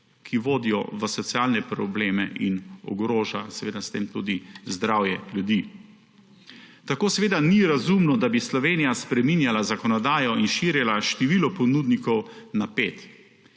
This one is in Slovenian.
ki vodijo v socialne probleme in ogrožajo s tem tudi zdravje ljudi? Tako seveda ni razumno, da bi Slovenija spreminjala zakonodajo in širila število ponudnikov na pet.